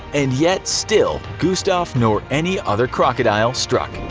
and yet still gustave nor any other crocodile struck.